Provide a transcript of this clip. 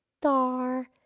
star